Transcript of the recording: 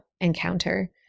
encounter